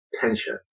tension